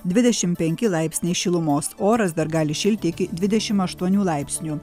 dvidešim penki laipsniai šilumos oras dar gali įšilti iki dvdešimt aštuonių laipsnių